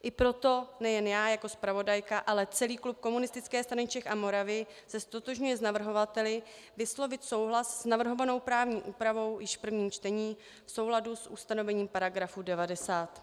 I proto nejen já jako zpravodajka, ale celý klub Komunistické strany Čech a Moravy se ztotožňujeme s navrhovateli vyslovit souhlas s navrhovanou právní úpravou již v prvním čtení v souladu s ustanovením § 90.